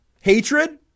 Hatred